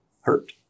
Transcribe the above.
hurt